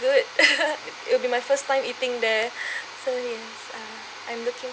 good it will be my first time eating there so yes uh I'm looking